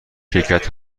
شرکت